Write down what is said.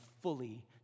fully